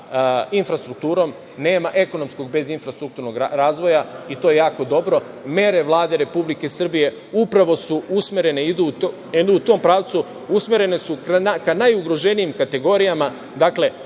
infrastrukturom. Nema ekonomskog bez infrastrukturnog razvoja, i to je jako dobro. Mere Vlade Republike Srbije upravo su usmerene ka najugroženijim kategorijama. Dakle,